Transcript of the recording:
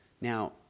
Now